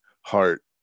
heart